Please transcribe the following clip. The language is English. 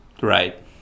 Right